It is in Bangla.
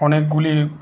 অনেকগুলি